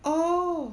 oh